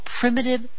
primitive